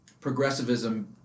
progressivism